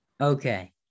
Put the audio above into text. Okay